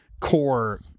core